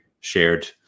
shared